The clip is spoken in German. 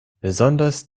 besonders